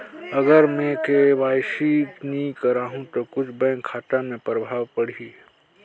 अगर मे के.वाई.सी नी कराहू तो कुछ बैंक खाता मे प्रभाव पढ़ी?